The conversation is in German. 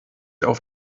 auf